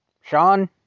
Sean